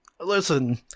listen